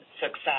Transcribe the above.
success